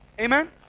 Amen